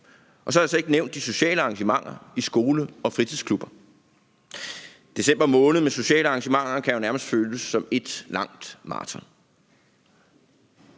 Og så har jeg ikke nævnt de sociale arrangementer i skole og fritidsklubber. December måned med sociale arrangementer kan jo nærmest føles som ét langt maraton.